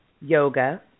yoga